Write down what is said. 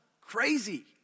Crazy